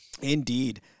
indeed